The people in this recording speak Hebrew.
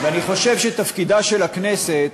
ואני חושב שתפקידה של הכנסת,